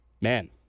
man